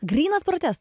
grynas protest